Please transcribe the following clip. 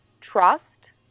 trust